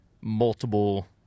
multiple